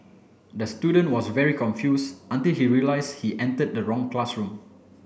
the student was very confused until he realised he entered the wrong classroom